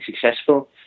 successful